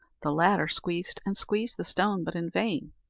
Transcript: the latter squeezed and squeezed the stone, but in vain.